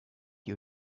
you